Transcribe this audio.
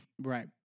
Right